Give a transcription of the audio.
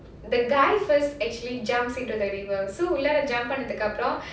the guy first actually jumps into the river so உள்ளாற:ullaara jump பண்ணதுக்கு அப்புறம்:pannathukku appuram